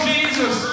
Jesus